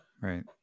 Right